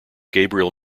gabriel